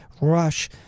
rush